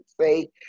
say